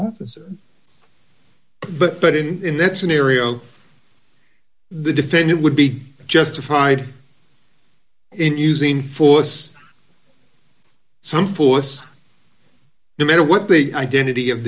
officer but in that scenario the defendant would be justified in using force some force no matter what the identity of